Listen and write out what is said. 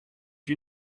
you